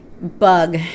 bug